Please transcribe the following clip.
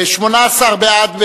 18 בעד,